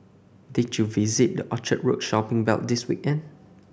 did you visit the Orchard Road shopping belt this weekend